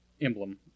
emblem